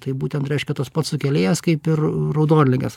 tai būtent reiškia tas pats sukėlėjas kaip ir raudonligės